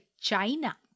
China